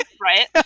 Right